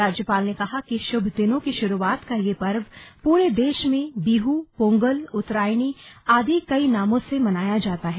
राज्यपाल ने कहा कि शुभ दिनों की शुरुआत का यह पर्व पूरे देश में बिहू पोंगल उत्तरायणी आदि कई नामों से मनाया जाता है